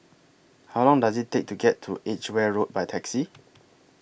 How Long Does IT Take to get to Edgeware Road By Taxi